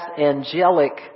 angelic